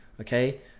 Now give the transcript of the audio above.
okay